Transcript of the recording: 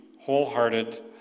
wholehearted